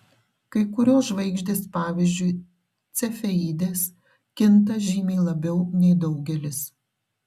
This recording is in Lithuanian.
kai kurios žvaigždės pavyzdžiui cefeidės kinta žymiai labiau nei daugelis